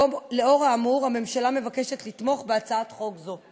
לאור האמור, הממשלה מבקשת לתמוך בהצעת חוק זו.